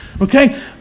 Okay